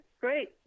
great